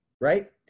right